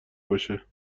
باشه